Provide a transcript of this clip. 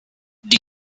die